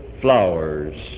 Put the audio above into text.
flowers